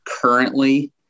currently